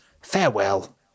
Farewell